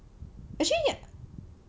actually